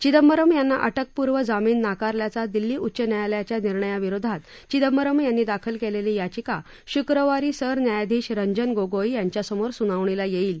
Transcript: चिंदबरम यांना अटकपूर्व जामिन नाकारल्याचा दिल्ली उच्च न्यायालयाच्या निर्णया विरोधात चिदंबरम यांनी दाखल केलेली याचिका शुक्रवारी सरन्यायाधिश रंजन गोगोई यांच्यासमोर सुनावणीला येईल